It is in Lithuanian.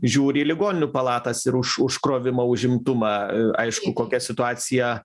žiūri į ligoninių palatas ir už užkrovimą užimtumą aišku kokia situacija